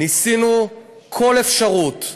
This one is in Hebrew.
ניסינו כל אפשרות,